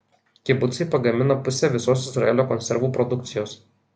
kibucai pagamina pusę visos izraelio konservų produkcijos